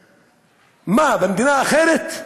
מה, במדינה אחרת?